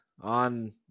on